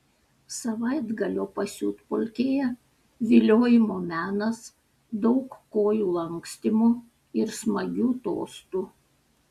savaitgalio pasiutpolkėje viliojimo menas daug kojų lankstymo ir smagių tostų